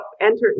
enter